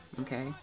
Okay